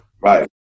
Right